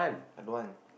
I don't want